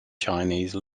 chinese